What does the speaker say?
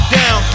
down